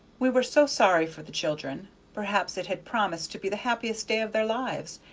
we were so sorry for the children perhaps it had promised to be the happiest day of their lives,